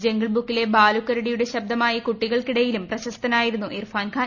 ജംഗിൾബുക്കിലെ ബാലുക്കരടിയുടെ ശബ്ദമായി കുട്ടികൾക്കിടയിലും പ്രശസ്തനായിരുന്നു ഇർഫാൻഖാൻ